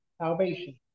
salvation